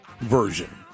version